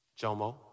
Jomo